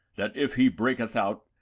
that, if he breaketh out,